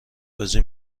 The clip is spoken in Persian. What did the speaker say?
بازی